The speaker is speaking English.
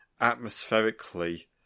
atmospherically